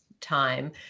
time